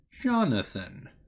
Jonathan